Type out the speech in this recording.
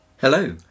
Hello